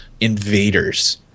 invaders